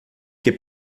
que